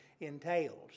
entails